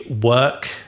work